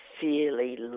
fairly